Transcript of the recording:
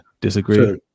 Disagree